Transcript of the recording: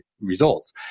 results